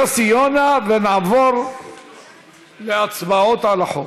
יוסי יונה, ונעבור להצבעות על החוק.